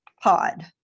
pod